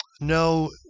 no